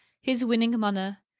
his winning manner.